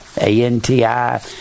A-N-T-I